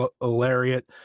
lariat